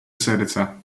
serca